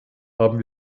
haben